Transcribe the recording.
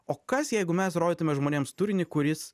o kas jeigu mes rodytume žmonėms turinį kuris